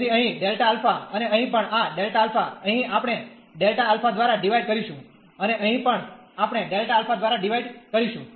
તેથી અહીં Δα અને અહીં પણ આ Δα અહીં આપણે Δα દ્વારા ડીવાઈડ કરીશું અને અહીં પણ આપણે Δα દ્વારા ડીવાઈડ કરીશું